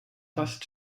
fast